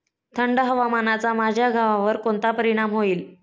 थंड हवामानाचा माझ्या गव्हावर कोणता परिणाम होईल?